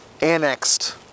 annexed